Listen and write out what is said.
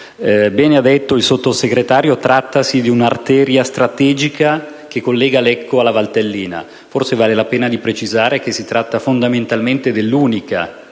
detto il Sottosegretario, trattasi di un'arteria strategica che collega Lecco alla Valtellina; forse vale la pena precisare che si tratta fondamentalmente dell'unica